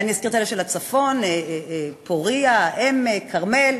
ואזכיר את אלה מהצפון: פוריה, "העמק", "כרמל".